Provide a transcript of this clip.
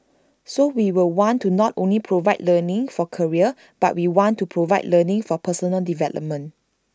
so we will want to not only provide learning for career but we want to provide learning for personal development